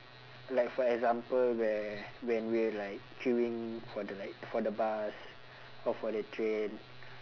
like for example where when we're like queuing for the like for the bus or for the train